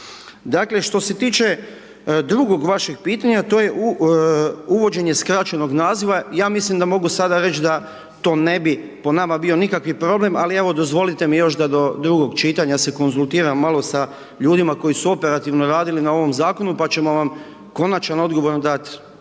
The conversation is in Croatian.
Dakle, što se tiče drugog vašeg pitanja, to je uvođenje skraćenog naziva, ja mislim da mogu sada reći da to ne bi po nama bio nikakvi problem, ali evo, dozvolite mi još da do drugog čitanja, se konzultiram malo sa ljudima koji su operativno radili na ovom Zakonu, pa ćemo vam konačan odgovor onda